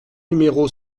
numéro